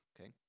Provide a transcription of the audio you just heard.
Okay